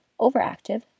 Overactive